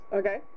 okay